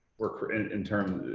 were, in in terms,